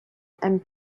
and